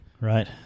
Right